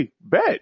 Bet